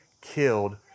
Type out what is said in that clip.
killed